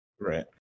Right